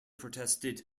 protested